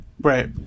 Right